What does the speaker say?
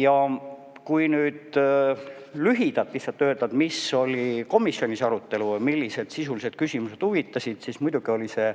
Ja kui nüüd lühidalt lihtsalt öelda, mis oli komisjonis arutelul või millised sisulised küsimused huvitasid, siis muidugi oli see